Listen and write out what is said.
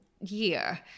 year